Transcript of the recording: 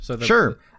Sure